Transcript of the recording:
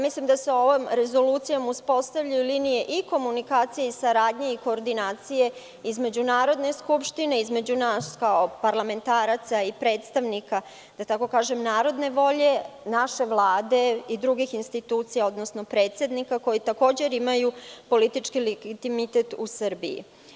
Mislim da se ovom rezolucijom uspostavljaju linije i komunikacije, saradnje i koordinacije između Narodne skupštine, između nas kao parlamentaraca i predstavnika, da tako kažem, narodne volje, naše Vlade i drugih institucija, odnosno predsednika koji takođe imaju politički legitimitet u Srbiji.